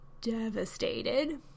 devastated